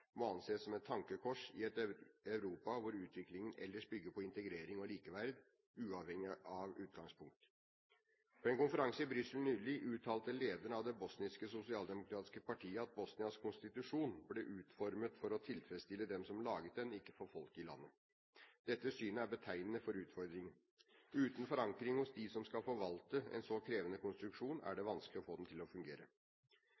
må anses som et tankekors i et Europa hvor utviklingen ellers bygger på integrering og likeverd, uavhengig av utgangspunkt. På en konferanse i Brussel nylig uttalte lederen av det bosniske sosialdemokratiske partiet at Bosnias konstitusjon ble utformet for å tilfredsstille dem som laget den, ikke for folket i landet. Dette synet er betegnende for utfordringen. Uten forankring hos dem som skal forvalte en så krevende konstruksjon, er det